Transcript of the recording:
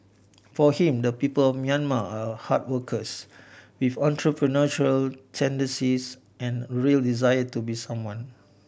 for him the people Myanmar are hard workers with entrepreneurial tendencies and real desire to be someone